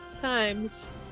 times